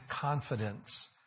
confidence